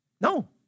No